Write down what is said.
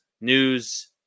news